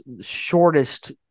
shortest